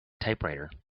typewriter